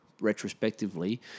retrospectively